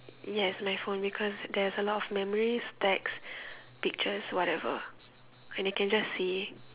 yes my phone because there's a lot of memories text pictures whatever and they can just see